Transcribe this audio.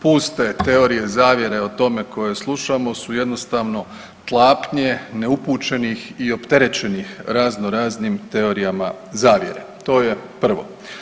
Puste teorije zavjere o tome koje slušamo su jednostavno tlapnje neupućenih i opterećenih raznoraznim teorijama zavjere to je prvo.